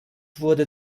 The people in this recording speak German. wurde